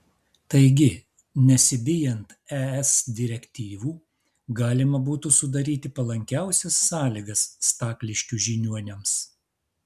taigi nesibijant es direktyvų galima būtų sudaryti palankiausias sąlygas stakliškių žiniuoniams